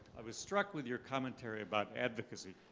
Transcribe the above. i was struck with your commentary about advocacy,